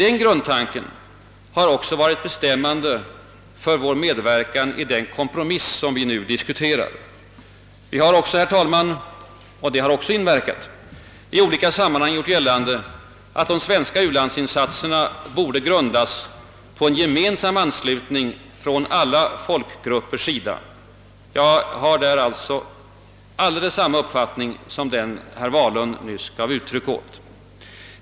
Den grundtanken har också varit bestämmande för vår medverkan i den kompromiss vi nu diskuterar. Vi har också, herr talman även det har inverkat — i olika sammanhang gjort gällande, att de svenska u-landsinsatserna borde grundas på en gemensam anslutning från alla folkgruppers sida. Jag har alltså på den punkten exakt samma uppfattning som herr Wahlund nyss gav uttryck åt.